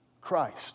Christ